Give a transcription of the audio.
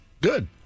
Good